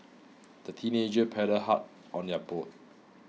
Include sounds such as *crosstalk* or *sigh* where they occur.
the teenagers paddled hard on their boat *noise*